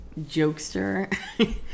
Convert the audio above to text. jokester